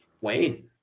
Wayne